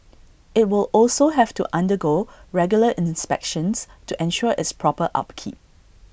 IT will also have to undergo regular inspections to ensure its proper upkeep